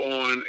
on